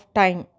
time